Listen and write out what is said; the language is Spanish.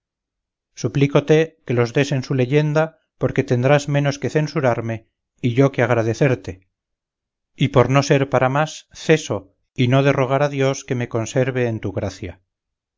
suplícote que los des en su leyenda porque tendrás menos que censurarme y yo que agradecerte y por no ser para más ceso y no de rogar a dios que me conserve en tu gracia